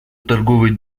торговой